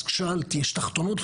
אז שאלת יש תחתונות?